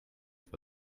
for